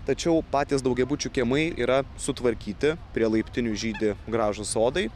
tačiau patys daugiabučių kiemai yra sutvarkyti prie laiptinių žydi gražūs sodai